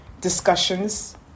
discussions